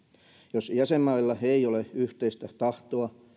jos jäsenmailla ei ole yhteistä tahtoa